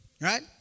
Right